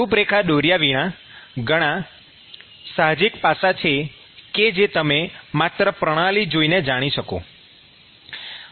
રૂપરેખા દોર્યા વિના આવા ઘણાં સાહજિક પાસાં છે કે જે તમે માત્ર પ્રણાલી જોઈને જાણી શકશો